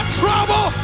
trouble